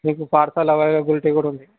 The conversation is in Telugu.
మీకు పార్సల్ అవైలబిలిటీ కూడా ఉన్నాయి